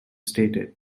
stated